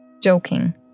Joking